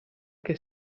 che